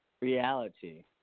reality